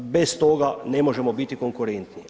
Bez toga ne možemo biti konkurentni.